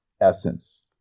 essence